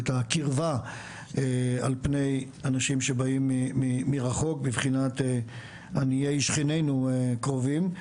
את הקרבה על פני אנשים שבאים מרחוק בבחינת עניי שכנינו הקרובים.